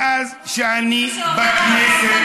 מאז שאני בכנסת,